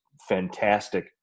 fantastic